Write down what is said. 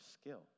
skill